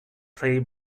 play